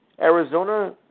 Arizona